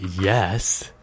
Yes